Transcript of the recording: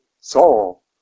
Saul